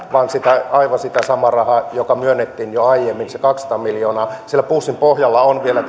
vaan aivan sitä samaa rahaa joka myönnettiin jo aiemmin se kaksisataa miljoonaa siellä pussin pohjalla on vielä